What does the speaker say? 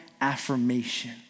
Affirmation